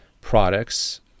products